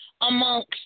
amongst